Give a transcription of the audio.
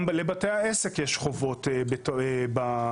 גם לבתי העסק יש חובות בחוק.